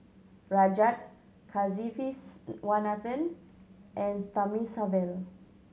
Rajat Kasiviswanathan and Thamizhavel